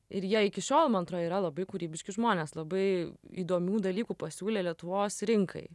ir jie iki šiol man atrodo yra labai kūrybiški žmonės labai įdomių dalykų pasiūlė lietuvos rinkai